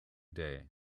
day